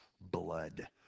blood